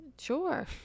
sure